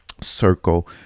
circle